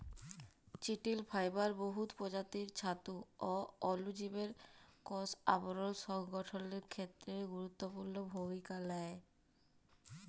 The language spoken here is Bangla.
চিটিল ফাইবার বহুত পরজাতির ছাতু অ অলুজীবের কষ আবরল সংগঠলের খ্যেত্রে গুরুত্তপুর্ল ভূমিকা লেই